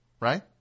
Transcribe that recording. Right